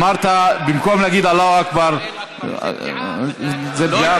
אמרת: במקום להגיד אללה אכבר, זאת פגיעה בדת.